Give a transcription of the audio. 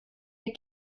der